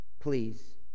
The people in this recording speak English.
please